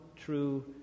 true